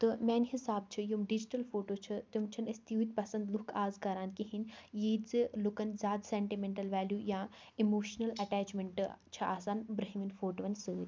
تہٕ میانہِ حِسابہٕ چھِ یِم ڈِجٹَل فوٗٹوٗ چھِ تِم چھِنہٕ أسۍ تیٖتۍ پَسنٛد لوٗکھ آز کَران کِہیٖنۍ ییتۍ زِ لوٗکَن زیادٕ سیٚنٹِمیٚنٛٹَل ویلیوٗ یا اِموشنَل ایٚٹیچمیٚنٛٹہٕ چھِ آسان برٛونٛہمیٚن فوٹووَن سۭتۍ